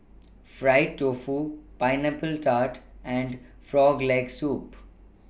Fried Tofu Pineapple Tart and Frog Leg Soup